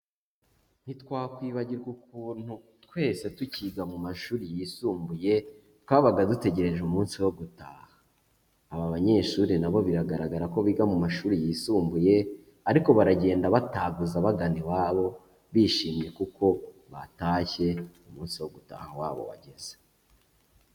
Ntitwakwibagirwa ukuntu twese tukiga mu mashuri yisumbuye, twabaga dutegereje umunsi wo gutaha, aba banyeshuri na bo biragaragara ko biga mu mashuri yisumbuye ariko baragenda bataguza bagana iwabo, bishimye kuko batashye umunsi wo gutaha wabo wageze.